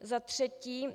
Za třetí.